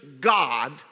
God